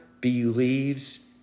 believes